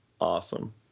Awesome